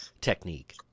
technique